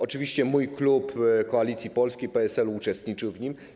Oczywiście mój klub Koalicji Polskiej - PSL-u uczestniczył w tym.